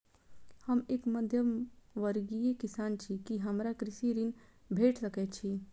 हम एक मध्यमवर्गीय किसान छी, की हमरा कृषि ऋण भेट सकय छई?